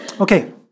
Okay